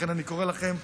לכן אני קורא לכם,